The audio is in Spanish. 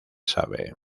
sabe